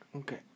Okay